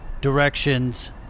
directions